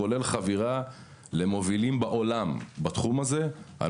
כולל חבירה למובילים בעולם בתחום הזה על